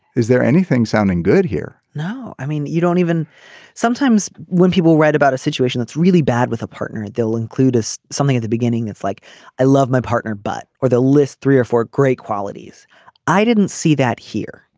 is there anything sounding good here no. i mean you don't even sometimes when people read about a situation that's really bad with a partner they'll include something at the beginning. it's like i love my partner but for the last three or four great qualities i didn't see that here.